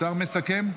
שר מסכם?